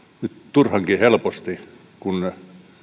turhankin helposti kun